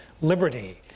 liberty